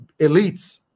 elites